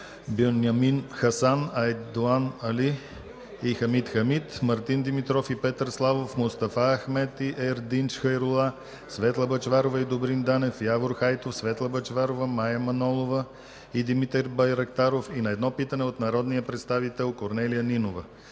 Бюнямин Хасан, Айдоан Али и Хамид Хамид, Мартин Димитров и Петър Славов, Мустафа Ахмед и Ердинч Хайрула, Светла Бъчварова и Добрин Данев, Явор Хайтов, Светла Бъчварова, Мая Манолова, и Димитър Байрактаров, и на едно питане от народния представител Корнелия Нинова.